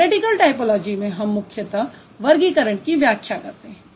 theoretical typology में हम मुख्यतः वर्गीकरण की व्याख्या करते हैं